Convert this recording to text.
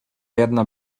jedna